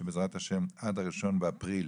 שבעזרת השם עד ה-1 באפריל,